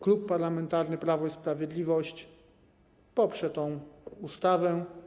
Klub Parlamentarny Prawo i Sprawiedliwość poprze tę ustawę.